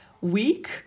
week